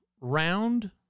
round